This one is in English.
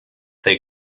they